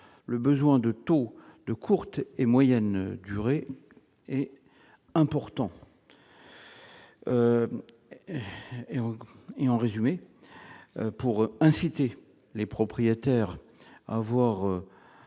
le besoin de baux de courte et moyenne durées est important. En incitant les propriétaires à avoir